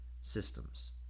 systems